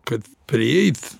kad prieit